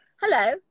hello